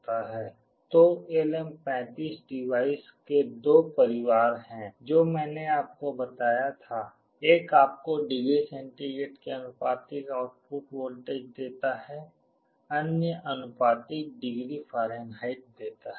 तो LM35 device के दो परिवार हैं जो मैंने आपको बताया था एक आपको डिग्री सेंटीग्रेड के आनुपातिक आउटपुट वोल्टेज देता है अन्य आनुपातिक डिग्री फारेनहाइट देता है